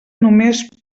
només